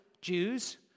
Jews